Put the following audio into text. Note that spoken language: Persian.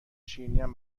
شیرینیم